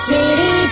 City